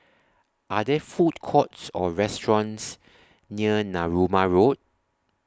Are There Food Courts Or restaurants near Narooma Road